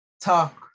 talk